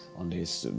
on these